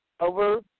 over